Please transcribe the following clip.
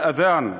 אל-אד'אן.